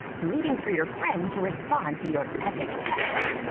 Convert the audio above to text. waiting for your friend to respond to your epic text.